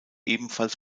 ebenfalls